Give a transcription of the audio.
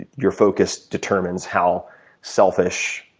your focus determines how selfish,